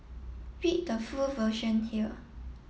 read the full version here